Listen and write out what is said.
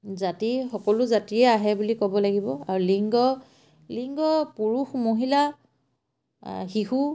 জাতি সকলো জাতিয়ে আহে বুলি ক'ব লাগিব আৰু লিংগ লিংগ পুৰুষ মহিলা শিশু